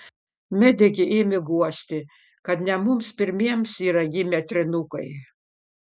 medikė ėmė guosti kad ne mums pirmiems yra gimę trynukai